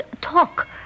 talk